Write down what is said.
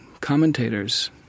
commentators